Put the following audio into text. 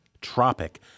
Tropic